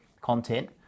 content